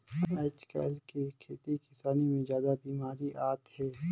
आयज कायल के खेती किसानी मे जादा बिमारी आत हे